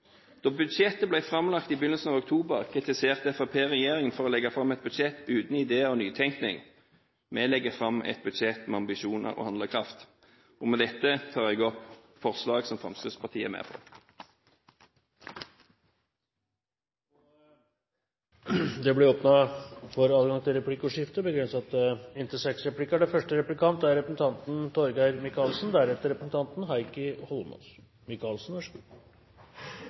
Da budsjettet ble framlagt i begynnelsen av oktober, kritiserte Fremskrittspartiet regjeringen for å legge fram et budsjett uten ideer og nytenkning. Vi legger fram et budsjett med ambisjoner og handlekraft. Med dette tar jeg opp forslag som Fremskrittspartiet er med på. Representanten Ketil Solvik-Olsen har tatt opp de forslagene han refererte til. Det blir åpnet for replikkordskifte. Jeg har forstått det slik at det ikke gjør spesielt inntrykk verken på Fremskrittspartiet eller representanten